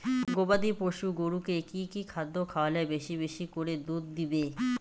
গবাদি পশু গরুকে কী কী খাদ্য খাওয়ালে বেশী বেশী করে দুধ দিবে?